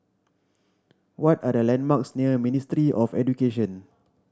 what are the landmarks near Ministry of Education